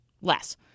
less